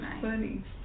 funny